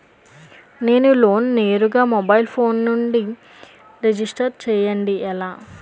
నేను లోన్ నేరుగా mobile phone నుంచి రిజిస్టర్ చేయండి ఎలా?